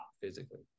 physically